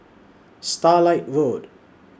Starlight Road